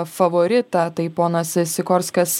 favoritą tai ponas sikorskas